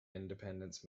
independence